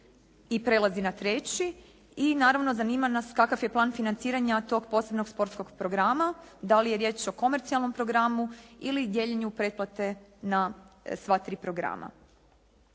i prelazi na 3.? I naravno zanima nas kakav je plan financiranja tog posebnog sportskog programa? Da li je riječ o komercijalnom programu ili dijeljenju pretplate na sva tri programa?